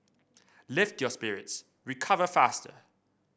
lift your spirits recover faster